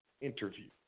interview